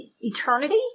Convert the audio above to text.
eternity